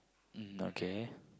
mm okay